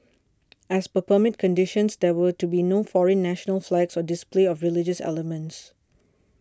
as per permit conditions there were to be no foreign national flags or display of religious elements